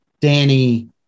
danny